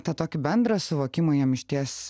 tą tokį bendrą suvokimą jam išties